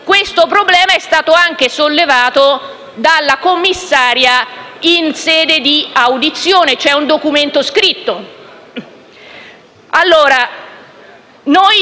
questo problema è stato sollevato anche dalla commissaria in sede di audizione e c'è un documento scritto